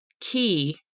key